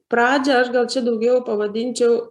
pradžią aš gal čia daugiau pavadinčiau